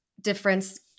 difference